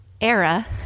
era